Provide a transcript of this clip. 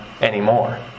anymore